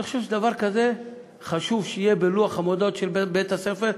אני חושב שדבר כזה חשוב שיהיה בלוח המודעות של בית-הספר,